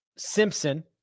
Simpson